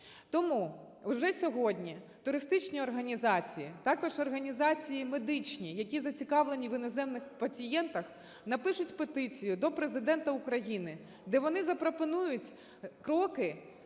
Тому вже сьогодні туристичні організації, також організації медичні, які зацікавлені в іноземних пацієнтах, напишуть петицію до Президента України, де вони запропонують кроки